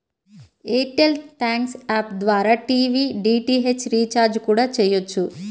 air tell thanks app ద్వారా TV DTH recharge కూడా చెయ్యొచ్చు